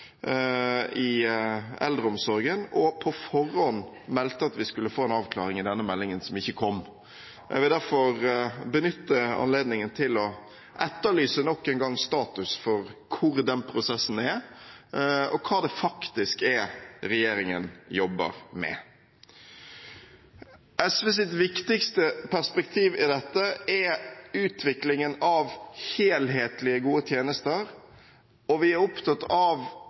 i eldreomsorgen, og på forhånd meldte at vi skulle få en avklaring i denne meldingen, som ikke kom. Jeg vil derfor benytte anledningen til å etterlyse nok en gang status for hvor den prosessen er, og hva det faktisk er regjeringen jobber med. SVs viktigste perspektiv i dette er utviklingen av helhetlige, gode tjenester, og vi er opptatt av